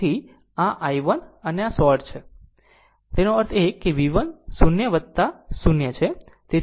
તેથી આ i 1 છે આ શોર્ટ છે તેનો અર્થ છે V 1 0 0 છે